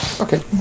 Okay